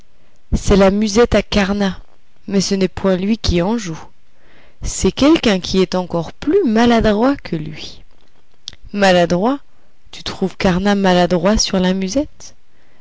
c'est la musette à carnat mais ce n'est point lui qui en joue c'est quelqu'un qui est encore plus maladroit que lui maladroit tu trouves carnat maladroit sur la musette